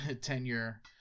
tenure